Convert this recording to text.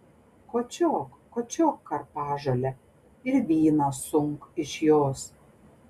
kočiok kočiok karpažolę ir vyną sunk iš jos